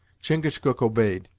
chingachgook obeyed,